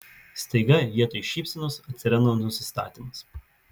staiga vietoj šypsenos atsiranda nusistatymas